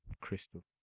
Crystal